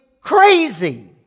crazy